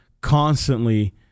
constantly